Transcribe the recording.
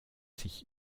sich